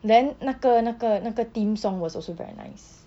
then 那个那个那个 theme song was also very nice